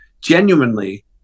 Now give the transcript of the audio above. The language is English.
genuinely